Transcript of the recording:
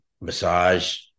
massage